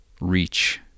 reach